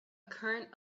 current